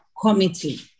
Committee